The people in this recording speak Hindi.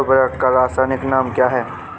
उर्वरक का रासायनिक नाम क्या है?